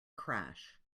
crash